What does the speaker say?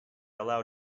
allow